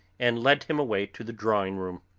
and led him away to the drawing-room,